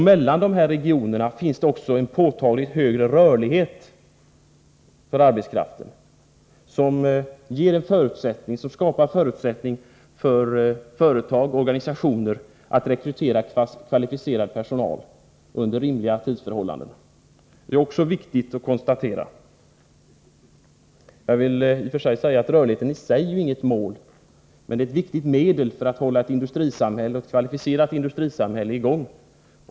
Mellan dessa regioner finns dessutom en påtagligt högre rörlighet för arbetskraften, som skapar förutsättningar för företag och organisationer att rekrytera kvalificerad personal under rimliga tidsförhållanden. Detta är också viktigt att konstatera. Rörligheten i sig är visserligen inget mål, men 5 Nr 157 den är ett viktigt medel för att hålla ett kvalificerat industrisamhälle i gång.